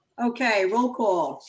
okay, roll call.